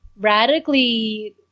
radically